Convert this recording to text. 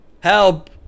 help